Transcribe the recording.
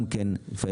גם כן לפעמים